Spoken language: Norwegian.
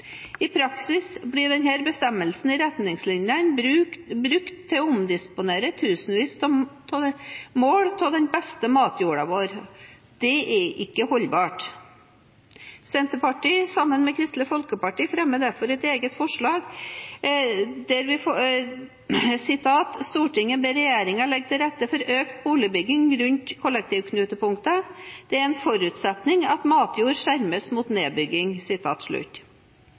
I praksis blir denne bestemmelsen i retningslinjene brukt til å omdisponere tusenvis av mål med vår beste matjord. Det er ikke holdbart. Senterpartiet, sammen med Kristelig Folkeparti, fremmer derfor et eget forslag: «Stortinget ber regjeringen legge til rette for økt boligbygging rundt kollektivknutepunktene. Det er en forutsetning at matjord skjermes mot nedbygging.»